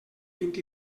vint